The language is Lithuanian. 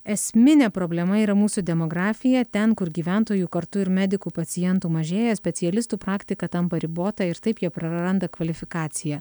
esminė problema yra mūsų demografija ten kur gyventojų kartu ir medikų pacientų mažėja specialistų praktika tampa ribota ir taip jie praranda kvalifikaciją